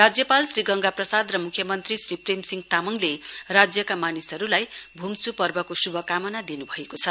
राज्यपाल श्री गंगा प्रसाद र मुख्यमन्त्री श्री प्रेमसिंह तामाङले राज्यका मानिसहरुलाई बुम्छु पर्वको शुभकामना दिनुभएको छ